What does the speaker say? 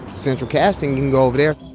central casting, go over there.